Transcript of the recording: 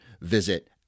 visit